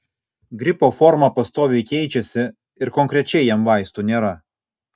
gripo forma pastoviai keičiasi ir konkrečiai jam vaistų nėra